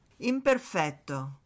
Imperfetto